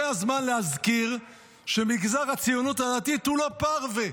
זה הזמן להזכיר שמגזר הציונות הדתית הוא לא פרווה.